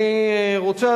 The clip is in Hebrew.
אני רוצה,